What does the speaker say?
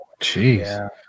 Jeez